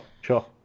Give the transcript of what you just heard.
Sure